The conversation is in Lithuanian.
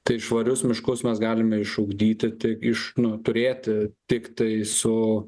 tai švarius miškus mes galime išugdyti tik iš nu turėti tiktai su